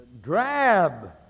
drab